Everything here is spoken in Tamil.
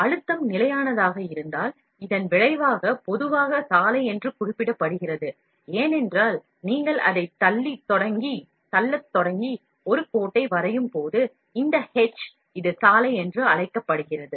அழுத்தம் நிலையானதாக இருந்தால் இதன் விளைவாக பொதுவாக சாலை என்று குறிப்பிடப்படுகிறது ஏனென்றால் நீங்கள் அதைத் தள்ளத் தொடங்கி ஒரு கோட்டை வரையும்போது இந்த h இது சாலை என்று அழைக்கப்படுகிறது